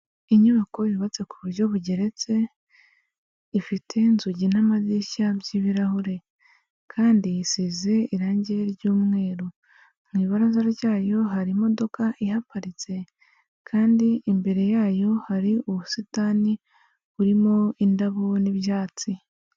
Inyubako yubatse ku buryo bugeretse, ifite inzugi n'amadirishya by'ibirahure, kandi isize irangi ry'umweru, mu ibaraza ryayo hari imodoka ihaparitse, kandi imbere yayo hari ubusitani burimo indabo n'ibyatsi.